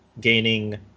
gaining